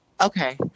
Okay